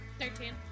Thirteen